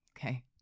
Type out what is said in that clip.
okay